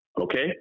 okay